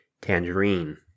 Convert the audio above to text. tangerine